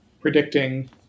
predicting